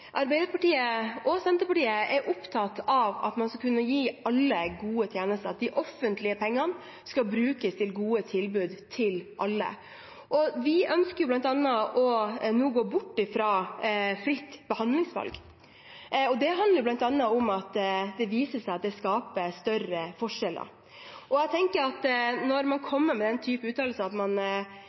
Arbeiderpartiet og Senterpartiet er opptatt av at man skal kunne gi alle gode tjenester. De offentlige pengene skal brukes til gode tilbud til alle. Vi ønsker bl.a. nå å gå bort fra fritt behandlingsvalg. Det handler bl.a. om at det viser seg at det skaper større forskjeller. Jeg tenker at når man kommer med den typen uttalelser, om at man